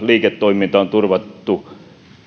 liiketoiminta on turvattu